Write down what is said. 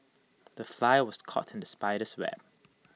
the fly was caught in the spider's web